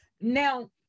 Now